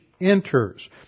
enters